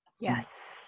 yes